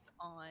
on